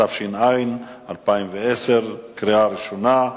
התש"ע 2010, קריאה ראשונה.